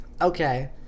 okay